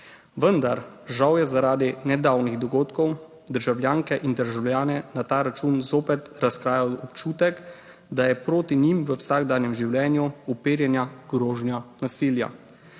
Vendar žal je zaradi nedavnih dogodkov državljanke in državljane na ta račun zopet razkrajal občutek, da je proti njim v vsakdanjem življenju uperjena grožnja nasilja.